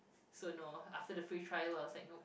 so no after the free trial I was like no